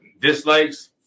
Dislikes